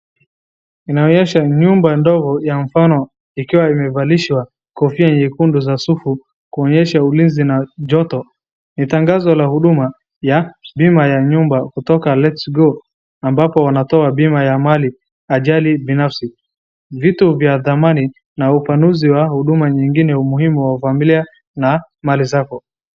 Inaonyesha nyumba ndogo ya mfano ikiwa imevalishwa kofia nyekundu za sufu kuonyesha ulinzi na joto. Nitangazo la huduma ya bima ya nyumba kutoka lets go ambapo watoa bima ya mali, ajali binafsi, vitu vya dhamani na upanuzi wa huduma nyingine, umuhimu wa familia na mali zako.